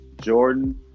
Jordan